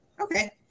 Okay